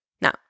Now